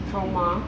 trauma